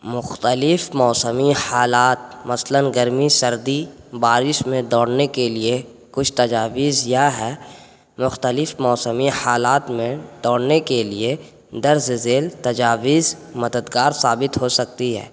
مختلف موسمی حالات مثلاً گرمی سردی بارش میں دوڑنے کے لیے کچھ تجاویز یہ ہے مختلف موسمی حالات میں دوڑنے کے لیے درج ذیل تجاویز مددگار ثابت ہو سکتی ہیں